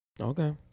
Okay